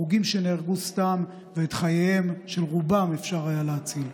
הרוגים שנהרגו סתם ואת חייהם של רובם אפשר היה להציל.